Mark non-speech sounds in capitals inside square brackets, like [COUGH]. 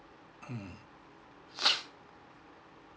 mm [BREATH]